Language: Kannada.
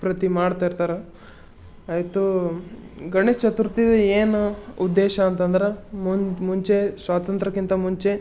ಪ್ರತಿ ಮಾಡ್ತಾಯಿರ್ತಾರೆ ಆಯಿತು ಗಣೇಶ ಚತುರ್ಥಿದು ಏನು ಉದ್ದೇಶ ಅಂತಂದ್ರೆ ಮುಂಚೆ ಸ್ವಾತಂತ್ರ್ಯಕ್ಕಿಂತ ಮುಂಚೆ